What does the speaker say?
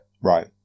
Right